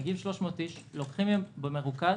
מגיעים 300 אנשים, לוקחים מהם בדיקות במרוכז,